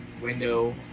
window